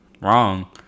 wrong